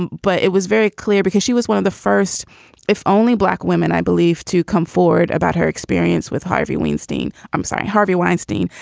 but it was very clear because she was one of the first if only black women i believe to come forward about her experience with harvey weinstein. i'm sorry harvey weinstein.